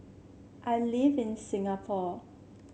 I live in Singapore